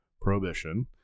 prohibition